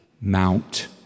Mount